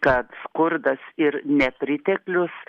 kad skurdas ir nepriteklius